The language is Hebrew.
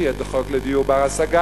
שיהיה פה חוק לדיור בר-השגה.